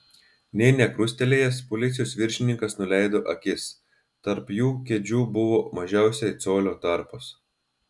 nė nekrustelėjęs policijos viršininkas nuleido akis tarp jų kėdžių buvo mažiausiai colio tarpas